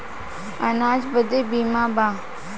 अनाज बदे बीमा बा